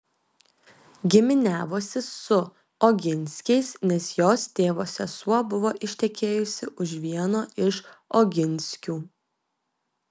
giminiavosi su oginskiais nes jos tėvo sesuo buvo ištekėjusi už vieno iš oginskių